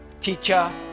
teacher